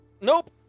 Nope